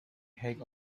height